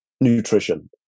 nutrition